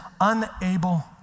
unable